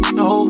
no